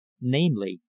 namely